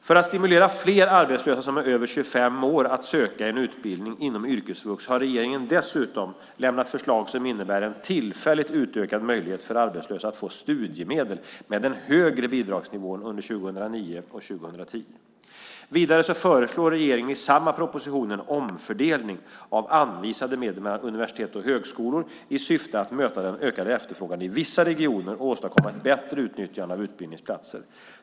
För att stimulera fler arbetslösa som är över 25 år att söka en utbildning inom yrkesvux har regeringen dessutom lämnat förslag som innebär en tillfälligt utökad möjlighet för arbetslösa att få studiemedel med den högre bidragsnivån under 2009 och 2010. Vidare föreslår regeringen i samma proposition en omfördelning av anvisade medel mellan universitet och högskolor i syfte att möta den ökade efterfrågan i vissa regioner och åstadkomma ett bättre utnyttjande av utbildningsplatser.